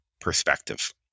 perspective